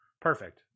perfect